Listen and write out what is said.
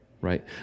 right